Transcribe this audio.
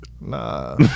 Nah